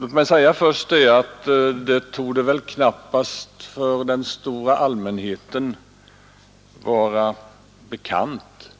Låt mig först säga att det knappast för den stora allmänheten torde vara bekant